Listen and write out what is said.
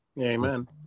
Amen